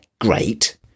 great